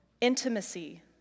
intimacy